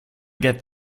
get